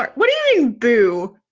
but what do you do?